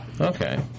Okay